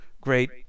great